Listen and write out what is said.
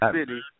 City